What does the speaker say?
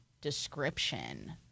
description